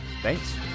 Thanks